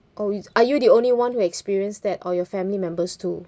oh are you the only one who experience that or your family members too